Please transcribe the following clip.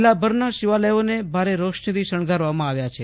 જીલ્લાભરના શિવાલયોને ભારે રોશની થી શણગારવામાં આવ્યા છે